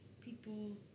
people